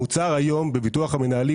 מוצר היום בביטוח המנהלים,